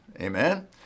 amen